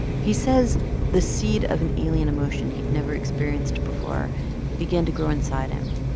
he says the seed of an alien emotion he'd never experienced before began to grow inside him.